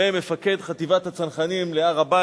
עולה מפקד חטיבת הצנחנים להר-הבית,